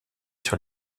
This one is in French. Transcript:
sur